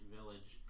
Village